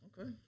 okay